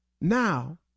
Now